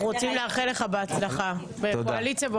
אנחנו רוצים לאחל לך בהצלחה קואליציה,